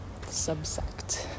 subsect